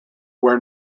where